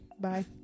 Bye